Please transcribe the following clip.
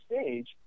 stage